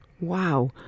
Wow